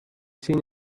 seen